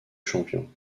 champion